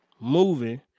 moving